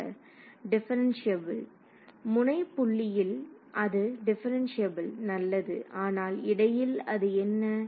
மாணவர் டிப்பரன்சியபுள் முனை புள்ளியில் அது டிப்பரன்சியபுள் நல்லது ஆனால் இடையில் அது என்ன Refer Time 1016